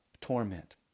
torment